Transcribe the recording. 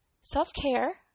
Self-care